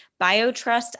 Biotrust